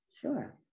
Sure